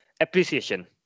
appreciation